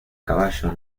caballo